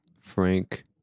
Frank